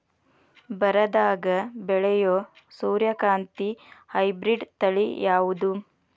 ಬರದಾಗ ಬೆಳೆಯೋ ಸೂರ್ಯಕಾಂತಿ ಹೈಬ್ರಿಡ್ ತಳಿ ಯಾವುದು?